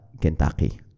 Kentucky